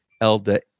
Elda